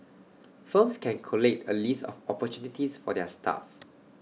firms can collate A list of opportunities for their staff